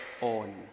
on